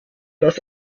das